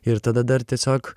ir tada dar tiesiog